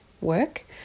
work